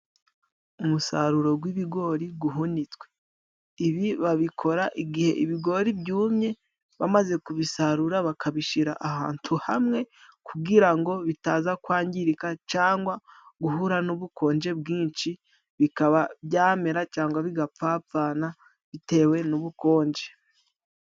Umusaruro gw'ibigori guhunitswe. Ibi babikora igihe ibigori byumye bamaze kubisarura bakabishira ahantu hamwe kugira ngo bitaza kwangirika cangwa guhura n'ubukonje bwinshi bikaba byamera cyangwa bigapfapfana bitewe n'ubukonje.